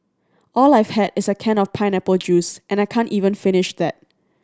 all I've had is a can of pineapple juice and I can't even finish that